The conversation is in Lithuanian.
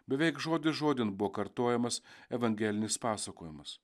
beveik žodis žodin buvo kartojamas evangelinis pasakojimas